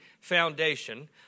foundation